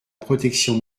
protection